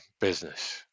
business